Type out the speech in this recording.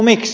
miksi